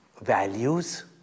values